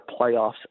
playoffs